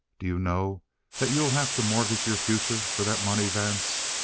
do you know that you'll have to mortgage your future for that money, vance?